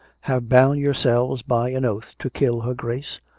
have bound your selves by an oath to kill her grace,